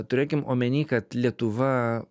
turėkim omeny kad lietuva